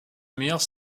meilleurs